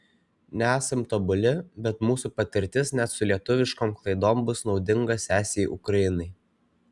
nesam tobuli bet mūsų patirtis net su lietuviškom klaidom bus naudinga sesei ukrainai